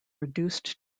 reduced